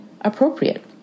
appropriate